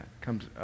comes